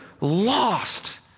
lost